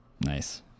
nice